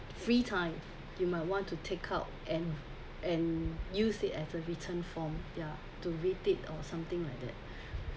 free time you might want to take out and and use it as a written form ya to read it or something like that